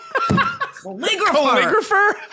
Calligrapher